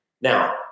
Now